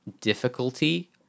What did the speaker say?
difficulty